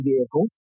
vehicles